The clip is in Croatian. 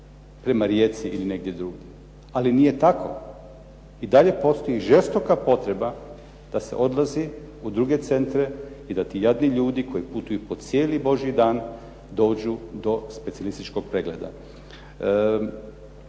prema Rijeci ili negdje drugdje. Ali nije tako. I dalje postoji žestoka potreba da se odlazi u druge centre i da ti jadni ljudi koji putuju po cijeli božji dan dođu do specijalističkog pregleda.